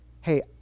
hey